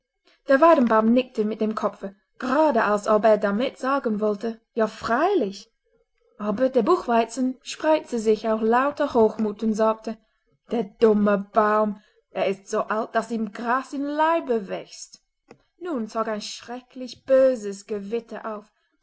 der weidenbaum nickte mit dem kopfe gerade als ob er damit sagen wollte ja freilich aber der buchweizen spreizte sich aus lauter hochmut und sagte der dumme baum er ist so alt daß ihm gras im leibe wächst nun zog ein schrecklich böses gewitter auf